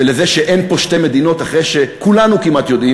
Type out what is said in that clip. ולזה שאין פה שתי מדינות אחרי שכולנו כמעט יודעים